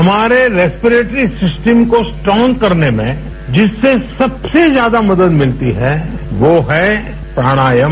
हमारे respiratory system को strong करने में जिससे सबसे ज्यादा मदद मिलती है वो है प्राणायाम